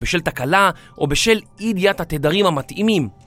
בשל תקלה, או בשל אי ידיעת התדרים המתאימים.